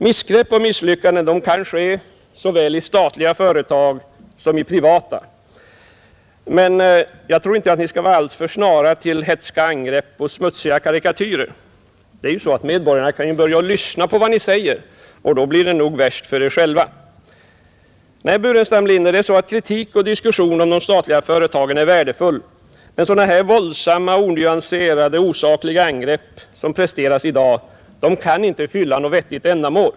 Missgrepp och misslyckanden kan ske i såväl statliga företag som i privata. Men jag tror inte att ni skall vara alltför snara till hätska angrepp och smutsiga karikatyrer. Medborgarna kan ju börja att lyssna på vad ni säger, och då blir det nog värst för er själva. Nej, herr Burenstam Linder, kritik mot och diskussion om de statliga företagen kan vara något värdefullt, men sådana här våldsamma, onyanserade och osakliga angrepp som presterats i dag kan inte fylla något vettigt ändamål.